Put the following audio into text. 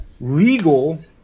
legal